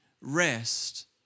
rest